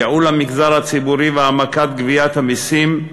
ייעול המגזר הציבורי והעמקת גביית המסים,